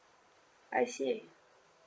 I see